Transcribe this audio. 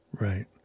right